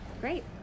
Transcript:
Great